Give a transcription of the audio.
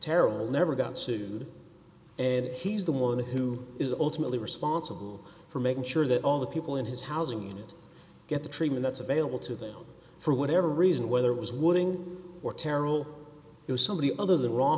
terrell never got sued and he's the one who is ultimately responsible for making sure that all the people in his housing unit get the treatment that's available to them for whatever reason whether it was wooding or terrell it was somebody other than ro